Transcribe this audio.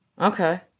Okay